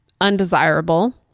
undesirable